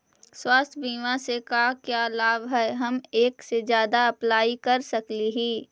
स्वास्थ्य बीमा से का क्या लाभ है हम एक से जादा अप्लाई कर सकली ही?